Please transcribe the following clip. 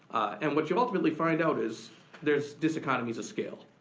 and what you'll ultimately find out is there's diseconomies of scale.